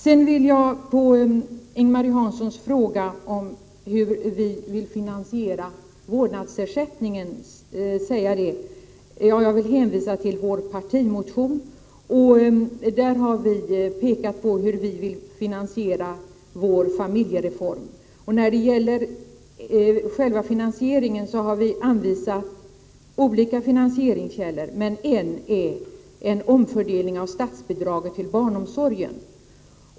Vidare vill jag som svar på Ing-Marie Hanssons fråga om hur vi vill finansiera vårdnadsersättningen hänvisa till vår partimotion, där vi har visat hur vi avser att finansierar vårt förslag till familjepolitik. Vi har anvisat olika finansieringskällor, varav en utgörs av en omfördelning av statsbidraget till barnomsorgen.